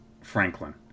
Franklin